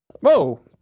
Whoa